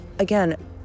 Again